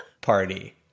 party